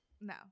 no